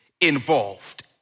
involved